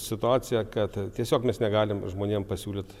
situacija kad tiesiog mes negalim žmonėm pasiūlyt